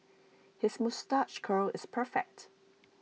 his moustache curl is perfect